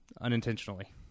Unintentionally